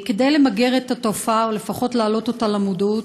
כדי למגר את התופעה או לפחות להעלות אותה למודעות,